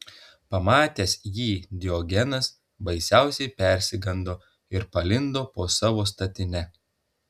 pamatęs jį diogenas baisiausiai persigando ir palindo po savo statine